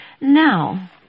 Now